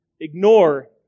ignore